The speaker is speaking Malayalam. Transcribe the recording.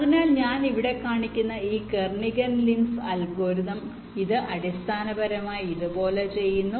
അതിനാൽ ഞാൻ ഇവിടെ കാണിക്കുന്ന ഈ കെർണിഗൻ ലിൻസ് അൽഗോരിതം ഇത് അടിസ്ഥാനപരമായി ഇതുപോലെ ചെയ്യുന്നു